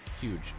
huge